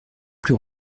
plus